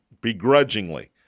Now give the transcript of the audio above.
begrudgingly